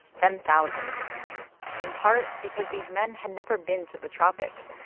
then thousands in part because these men had never been to the tropics.